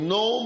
no